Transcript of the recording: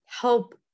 help